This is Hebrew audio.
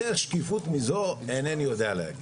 יותר שקיפות מזו, אינני יודע להגיד.